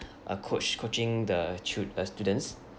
a coach coaching the chi~ uh students